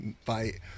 fight